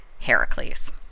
Heracles